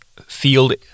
field